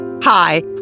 Hi